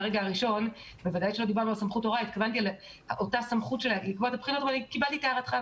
התכוונתי לאותה סמכות של --- אבל קיבלתי את הערתך.